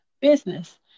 business